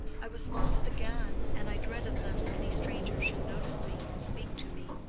i was lost again, and i dreaded lest any stranger should notice me and speak to me.